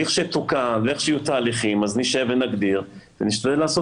לכשתוקם ולכשיהיו תהליכים נשב ונגדיר ונשתדל לעשות